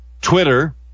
Twitter